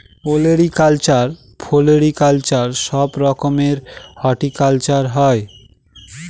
olericulture, floriculture সব রকমের horticulture হয়